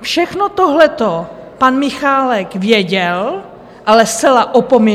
Všechno tohleto pan Michálek věděl, ale zcela opominul.